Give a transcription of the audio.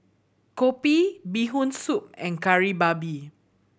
kopi Bee Hoon Soup and Kari Babi